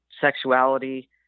sexuality